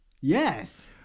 Yes